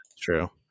True